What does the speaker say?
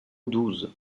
douze